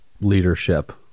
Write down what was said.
leadership